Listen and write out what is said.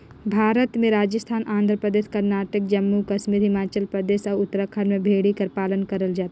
भारत में राजिस्थान, आंध्र परदेस, करनाटक, जम्मू कस्मी हिमाचल परदेस, अउ उत्तराखंड में भेड़ी कर पालन करल जाथे